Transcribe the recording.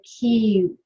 key